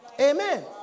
Amen